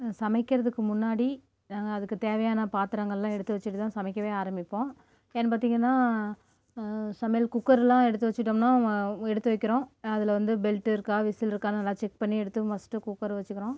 சமைக்கிறதுக்கு முன்னாடி நாங்கள் அதுக்கு தேவையான பாத்திரங்கள்லாம் எடுத்து வச்சுட்டுதான் சமைக்கவே ஆரம்பிப்போம் என்ன பார்த்தீங்கன்னா சமையல் குக்கர்லாம் எடுத்து வச்சுட்டோம்னா எடுத்து வைக்கிறோம் அதில் வந்து பெல்ட்டு இருக்கா விசில் இருக்கான்னு நல்லா செக் பண்ணி எடுத்து ஃபஸ்ட்டு குக்கர் வச்சுருக்கிறோம்